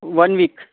one week